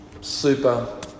super